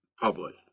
public